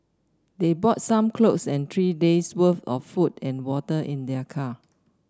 they brought some clothes and three day's worth of food and water in their car